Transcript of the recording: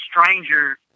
stranger